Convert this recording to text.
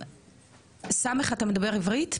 ס' אתה מדבר עברית?